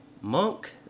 Monk